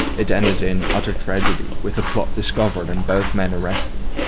it ended in utter tragedy, with the plot discovered and both men arrested.